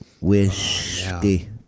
Whiskey